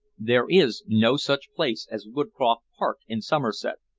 there is no such place as woodcroft park, in somerset,